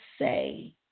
say